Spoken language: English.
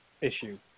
issue